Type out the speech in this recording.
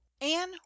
Anne